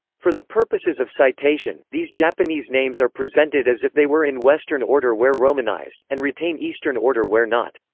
for the purposes of citation, these japanese names are presented as if they were in western order where romanized, and retain eastern order where not.